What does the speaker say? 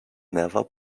never